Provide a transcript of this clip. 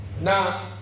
Now